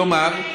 כלומר,